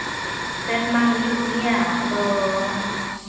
ᱥᱮᱱ ᱢᱟ ᱦᱩᱭᱩᱜ ᱜᱮᱭᱟ ᱟᱫᱚ